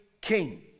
king